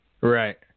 Right